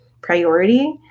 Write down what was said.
priority